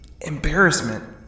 Embarrassment